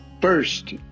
First